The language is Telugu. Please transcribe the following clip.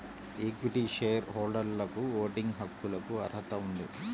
ఈక్విటీ షేర్ హోల్డర్లకుఓటింగ్ హక్కులకుఅర్హత ఉంది